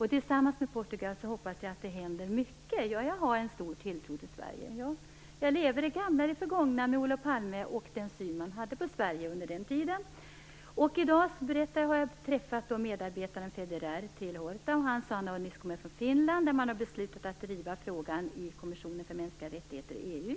Jag hoppas att det händer mycket tillsammans med Portugal. Ja, jag har stor tilltro till Sverige. Jag lever i det förgångna, med Olof Palme och den syn man hade på Sverige under den tiden. I dag berättade jag att jag har träffat Hortas medarbetare Federer. Han sade att han nyss har kommit hem från Finland där man har beslutat att driva frågan i kommissionen för mänskliga rättigheter i EU